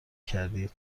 کردی